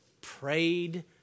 prayed